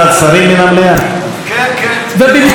ובמקום להמתין להכרעות פליליות,